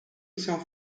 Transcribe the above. south